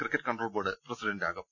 cricket control board പ്രസിഡന്റാകും